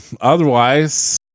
Otherwise